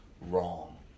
wrong